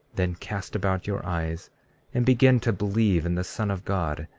then cast about your eyes and begin to believe in the son of god,